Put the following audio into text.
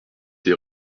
des